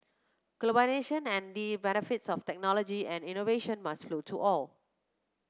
globalisation and the benefits of technology and innovation must flow to all